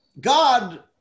God